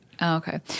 Okay